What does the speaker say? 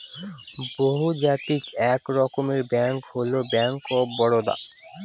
বহুজাতিক এক রকমের ব্যাঙ্ক হল ব্যাঙ্ক অফ বারদা